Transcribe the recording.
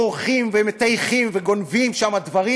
מורחים ומטייחים וגונבים שם דברים,